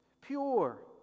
pure